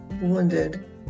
wounded